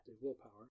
willpower